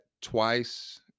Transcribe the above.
twice